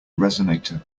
resonator